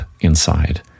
inside